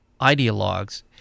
ideologues